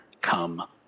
come